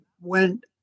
went